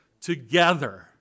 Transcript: together